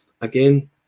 again